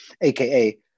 AKA